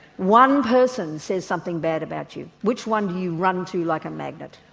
one person says something bad about you. which one do you run to like a magnet?